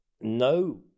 no